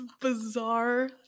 bizarre